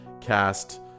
cast